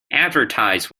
advertise